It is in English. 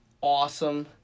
awesome